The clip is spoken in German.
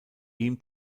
ihm